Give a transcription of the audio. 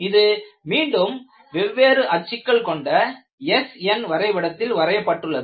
இது மீண்டும் வெவ்வேறு அச்சுக்கள் கொண்ட SN வரைபடத்தில் வரையப்பட்டுள்ளது